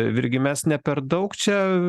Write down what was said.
virgi mes ne per daug čia